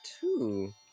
two